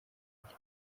uhari